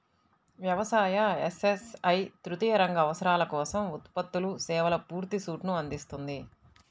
వ్యవసాయ, ఎస్.ఎస్.ఐ తృతీయ రంగ అవసరాల కోసం ఉత్పత్తులు, సేవల పూర్తి సూట్ను అందిస్తుంది